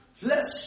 Flesh